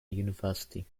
university